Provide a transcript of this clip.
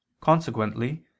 Consequently